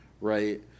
right